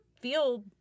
feel